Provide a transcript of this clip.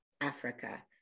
Africa